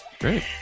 Great